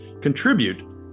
contribute